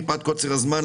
מפאת קוצר הזמן,